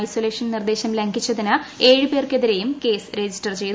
isolation ഫ്നിർദേശം ലംഘിച്ചതിന് ഏഴ് പേർക്കെതിരെയും കേസ് റജിസ്റ്റർ ച്ചെയ്തു